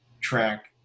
track